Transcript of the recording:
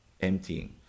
emptying